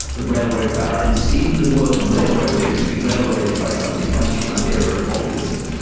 the railroad barons. even the word railroading, to be railroaded by somebody comes from that era of populism.